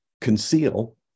conceal